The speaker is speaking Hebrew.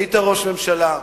היית ראש ממשלה,